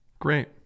Great